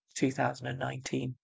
2019